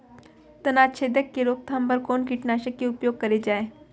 तनाछेदक के रोकथाम बर कोन कीटनाशक के उपयोग करे जाये?